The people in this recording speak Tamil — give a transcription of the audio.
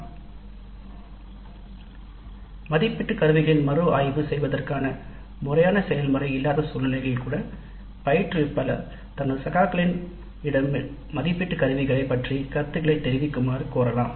அத்தகைய முறையான மதிப்பீட்டு கருவிகள் குறித்த மறுஆய்வு செயல்முறை இல்லாத சூழ்நிலைகள் கூட பயிற்றுவிப்பாளர் தனது சகாக்களுக்கு கருத்துகளை வழங்குமாறு கோரலாம்